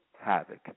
havoc